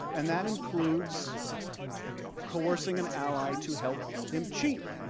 and that includes coercing an ally to help him cheat.